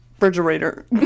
Refrigerator